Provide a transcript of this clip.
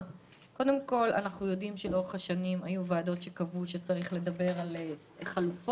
אנחנו יודעים שלאורך השנים היו ועדות שקבעו שצריך לדבר על חלופות